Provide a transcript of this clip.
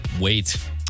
wait